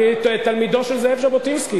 אני תלמידו של זאב ז'בוטינסקי.